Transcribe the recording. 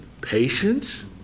patience